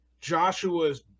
Joshua's